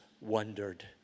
wondered